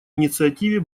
инициативе